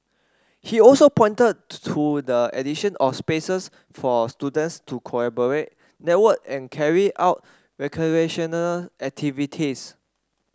he also pointed to the addition of spaces for students to collaborate network and carry out recreational activities